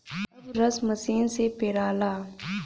अब रस मसीन से पेराला